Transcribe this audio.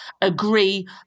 agree